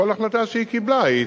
וכל החלטה שהיא קיבלה,